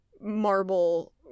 marble